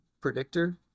predictor